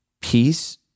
peace